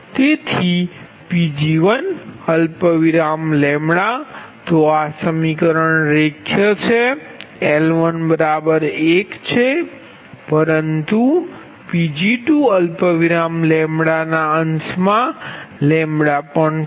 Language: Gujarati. તેથી Pg1 λ તો આ સમીકરણ રેખીય છે L11છે પરંતુ Pg2 λ અંશમાં આ પણ છે